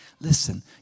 Listen